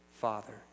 Father